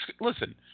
Listen